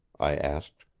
i asked.